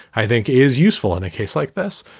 i think is useful in a case like this.